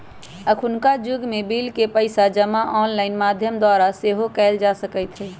अखुन्का जुग में बिल के पइसा जमा ऑनलाइन माध्यम द्वारा सेहो कयल जा सकइत हइ